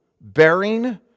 bearing